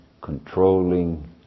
controlling